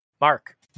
Mark